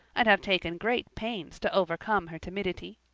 and have taken great pains to overcome her timidity.